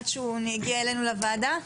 עד שהוא הגיע אלינו לוועדה.